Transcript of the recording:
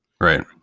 Right